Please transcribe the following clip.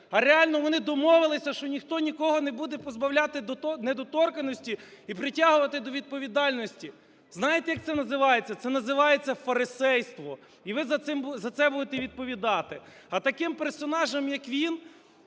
А реально вони домовилися, що ніхто нікого не буде позбавляти недоторканності і притягувати до відповідальності! Знаєте, як це називається? Це називається фарисейство і ви за це будете відповідати. А таким персонажам як він